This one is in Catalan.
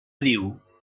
diu